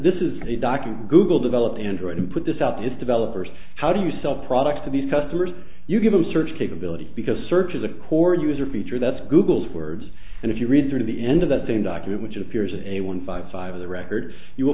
this is a document google developed android and put this out its developers how do you sell products to these customers you give them search capabilities because search is a core user feature that's google's words and if you read through the end of that same document which appears a one five five the record you will